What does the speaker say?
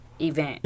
event